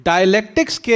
Dialectics